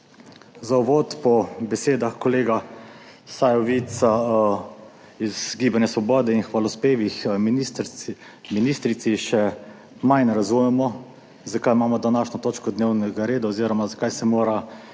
Za uvod po besedah kolega Sajovica iz Gibanja Svoboda in hvalospevih ministrici še manj razumemo zakaj imamo današnjo točko dnevnega reda oziroma zakaj se mora